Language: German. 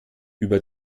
über